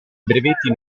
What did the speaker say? brevetti